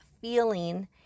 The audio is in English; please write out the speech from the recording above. feeling